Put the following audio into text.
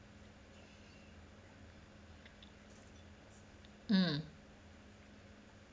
mm